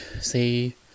say